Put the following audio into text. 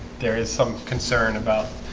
there is some concern about